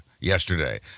yesterday